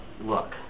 look